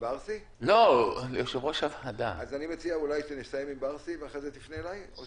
אז אני מציע שקודם נסיים עם ברסי ואחרי זה תפנה אליי.